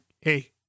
hey